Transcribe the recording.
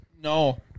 No